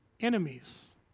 enemies